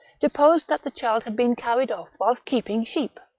deposed that the child had been carried off whilst keeping sheep.